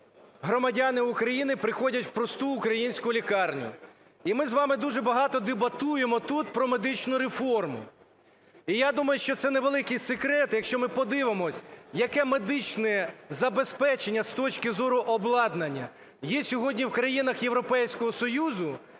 громадяни України, приходять в просту українську лікарню. І ми з вами дуже багато дебатуємо тут про медичну реформу. І я думаю, що це не великий секрет, якщо ми подивимося, яке медичне забезпечення з точки зору обладнання є сьогодні в країнах Європейського Союзу,